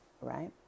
right